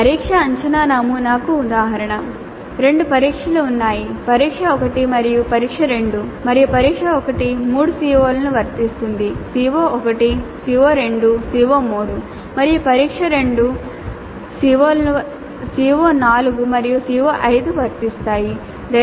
పరీక్ష అంచనా నమూనాకు ఉదాహరణ రెండు పరీక్షలు ఉన్నాయి పరీక్ష 1 మరియు పరీక్ష 2 మరియు పరీక్ష 1 మూడు CO లను వర్తిస్తుంది CO1 CO2 CO3 మరియు పరీక్ష 2 రెండు CO లను వర్తిస్తాయి CO4 మరియు CO5